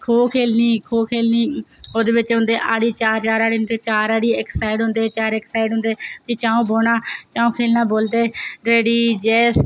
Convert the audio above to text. खोह् खेल्लनी खोह् खेल्लनी ओह्दे च होंदे चार हानी ते चार हानी चार इक्क साईड होंदे ते चार इक्क साईड होंदे ते प्ही चं'ऊ बौह्ना ते चं'ऊ बोलदे रेडी यस